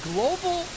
Global